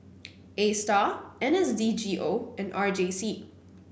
A Star N S D G O and R J C